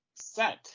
set